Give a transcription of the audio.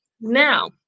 Now